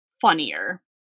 funnier